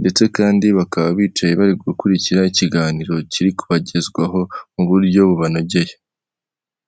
Ndetse kandi bakaba bicaye bari gukurikira kiganiro kiri kubagezwaho mu buryo bubanogeye.